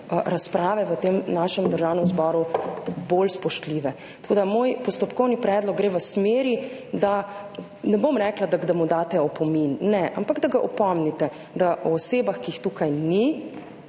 razprave v našem Državnem zboru bolj spoštljive. Moj postopkovni predlog gre v smeri, ne bom rekla, da mu daste opomin, ne, ampak da ga opomnite, da govoriti o osebah, ki jih tukaj ni